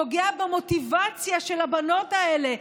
פוגע במוטיבציה של הבנות האלה,